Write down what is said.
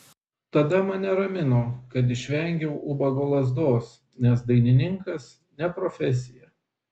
tada mane ramino kad išvengiau ubago lazdos nes dainininkas ne profesija